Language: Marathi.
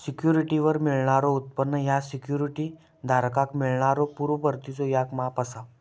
सिक्युरिटीवर मिळणारो उत्पन्न ह्या सिक्युरिटी धारकाक मिळणाऱ्यो पूर्व परतीचो याक माप असा